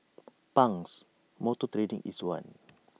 Pang's motor trading is one